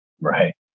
Right